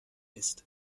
ist